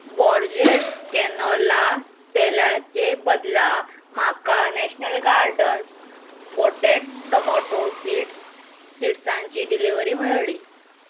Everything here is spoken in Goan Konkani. बॉर्जेस कॅनोला तेलाचे बदला म्हाका National Gardens potted tomato seeds सिड्सांची डिलिव्हरी मेळ्ळी